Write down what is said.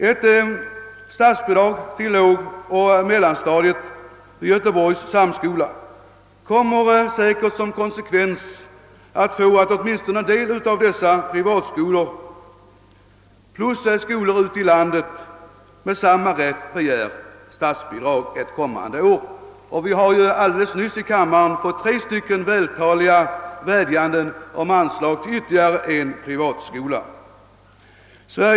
Ett statsbidrag till lågoch mellanstadiet vid Göteborgs samskola skulle säkerligen få till konsekvens att åtminstone en del av dessa privatskolor samt andra skolor i landet med samma rätt begär statsbidrag ett kommande år. Vi har alldeles nyss från tre av kammarens leda möter fått vältaliga vädjanden om anslag till ytterligare en privatskola.